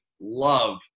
love